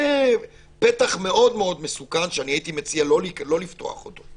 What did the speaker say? זה פתח מאוד מאוד מסוכן שאני מציע לא לפתוח אותו.